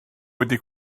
wedi